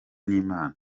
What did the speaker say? n’imana